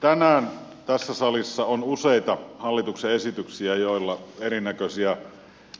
tänään tässä salissa on useita hallituksen esityksiä joilla erinäköisiä